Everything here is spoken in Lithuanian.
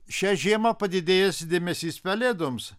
šią žiemą padidėjęs dėmesys pelėdoms